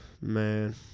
Man